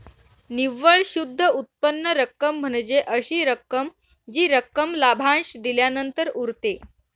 निव्वळ शुद्ध उत्पन्न रक्कम म्हणजे अशी रक्कम जी रक्कम लाभांश दिल्यानंतर उरते